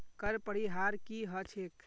कर परिहार की ह छेक